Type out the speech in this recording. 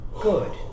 Good